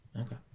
Okay